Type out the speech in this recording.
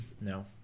no